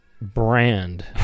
brand